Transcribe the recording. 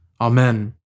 Amen